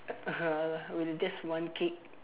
with just one kick